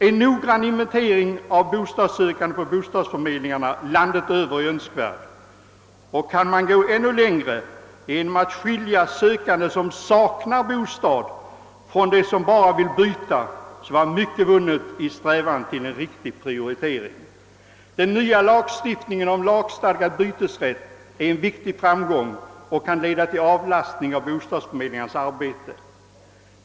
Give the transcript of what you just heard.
En noggrann inventering av de bostadssökande på bo stadsförmedlingarna landet över är önskvärd, och kan man gå ännu längre genom att skilja de sökande som saknar bostad från dem som bara vill byta, så vore mycket vunnet i strävandena till en riktig prioritering. Den nya lagstiftningen om lagstadgad bytesrätt är en mycket viktig framgång, och den kan leda till en avlastning av bostadsförmedlingarnas arbete.